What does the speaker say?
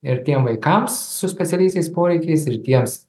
ir tiems vaikams su specialiaisiais poreikiais ir tiems